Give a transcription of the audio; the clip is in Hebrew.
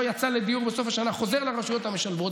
יצא לדיור בסוף השנה חוזר לרשויות המשלבות.